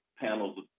panels